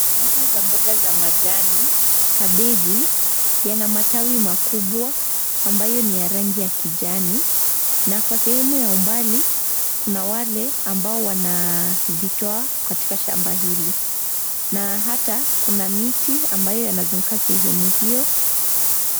Acre za mboga za majani, kabeji, yana matawi makubwa ambayo ni ya rangi ya kijani na kwa sehemu ya mbali kuna wale ambao wanavitoa katika shamba hili na hata kuna miti ambayo yanazunguka sehemu hio.